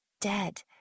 dead